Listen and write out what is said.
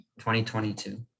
2022